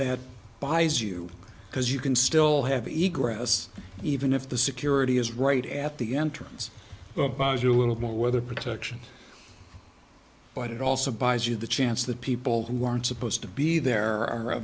have buys you because you can still have eagerness even if the security is right at the entrance but buys you a little more weather protection but it also buys you the chance the people who aren't supposed to be there are a